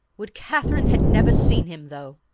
would katherine had never seen him though!